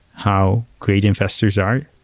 how great investors are.